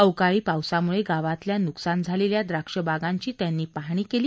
अवकाळी पावसाम्ळे गावातल्या न्कसान झालेल्या द्राक्ष बागांची त्यांनी पाहणी केली